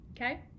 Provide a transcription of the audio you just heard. Okay